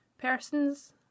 persons